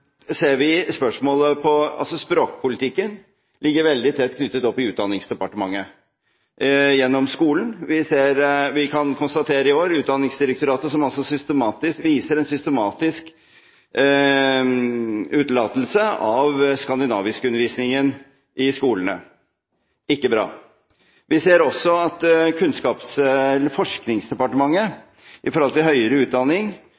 språkpolitikken veldig tett knyttet opp til Utdanningsdepartementet gjennom skolen. Vi kan konstatere i år at Utdanningsdirektoratet viser en systematisk utelatelse av skandinaviskundervisningen i skolene – ikke bra. Vi ser også at Forskningsdepartementet i forhold til høyere utdanning